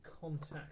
contact